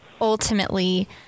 ultimately